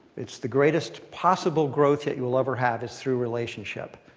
it's the greatest possible growth that you will ever have is through relationship.